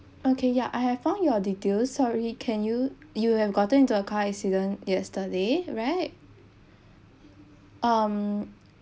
okay ya I have found your details sorry can you you have gotten into a car accident yesterday right um